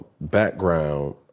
background